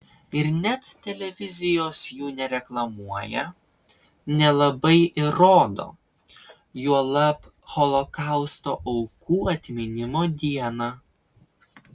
ir net televizijos jų nereklamuoja nelabai ir rodo juolab holokausto aukų atminimo dieną